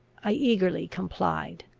i eagerly complied.